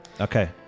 Okay